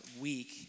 week